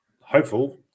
hopeful